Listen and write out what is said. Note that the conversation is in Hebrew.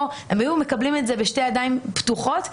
הם היו מקבלים את זה בשתי ידיים פתוחות.